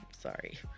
Sorry